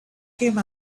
came